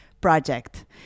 project